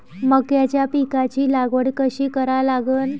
मक्याच्या पिकाची लागवड कशी करा लागन?